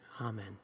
Amen